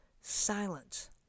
silence